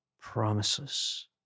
promises